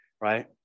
right